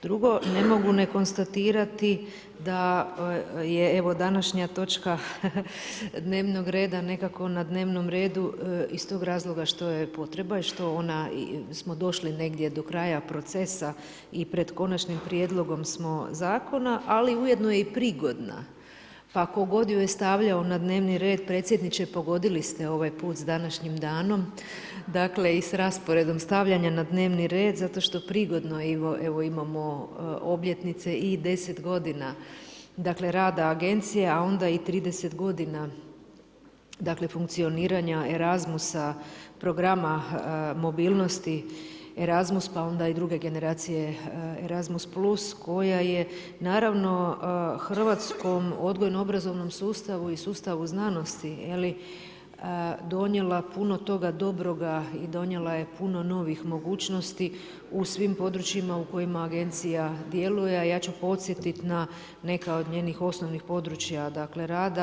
Drugo, ne mogu ne konstatirati da je današnja točka dnevnog reda nekak na dnevnom redu iz tog razloga to je potreba i što smo došli negdje do kraja procesa i pred konačnim prijedlogom smo zakona ali ujedno je i prigodna, pa tko god ju je stavljao na dnevni red, predsjedniče, pogodili ste ovaj put sa današnjim danom dakle i sa rasporedom stavljanja na dnevni red zato što prigodno imamo i obljetnice 10 godina rada agencije a onda i 30 godina funkcioniranja ERSASMUS-a programa mobilnosti pa onda i druge generacije ERASMUMS+ koja je naravno hrvatskom odgojnom-obrazovanom sustavu i sustavu znanosti donijela puno toga dobroga i donijela je puno novih mogućnosti u svim područjima u kojima agencija djeluje a ja ću podsjetiti na neka od njenih osnovnih područja rada.